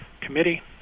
committee